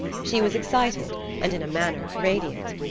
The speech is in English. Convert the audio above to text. she was excited and in a manner radiant.